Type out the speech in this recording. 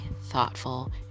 thoughtful